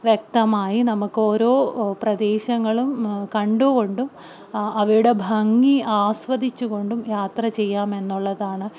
വ്യക്തമായി നമുക്ക് ഓരോ പ്രദേശങ്ങളും കണ്ടുകൊണ്ടും അവയുടെ ഭംഗി ആസ്വദിച്ചുകൊണ്ടും യാത്ര ചെയ്യാമെന്നുള്ളതാണ്